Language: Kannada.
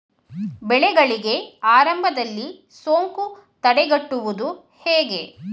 ಬೆಳೆಗಳಿಗೆ ಆರಂಭದಲ್ಲಿ ಸೋಂಕು ತಡೆಗಟ್ಟುವುದು ಹೇಗೆ?